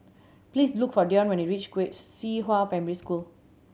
please look for Dion when you reach Qihua Primary School